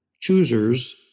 choosers